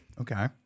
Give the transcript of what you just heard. Okay